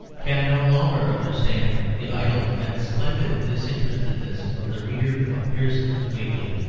can no longer understand the idle and splendid disinterestedness of the reader of pearson's weekly.